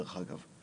דרך אגב,